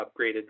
upgraded